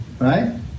right